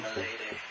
lady